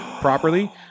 properly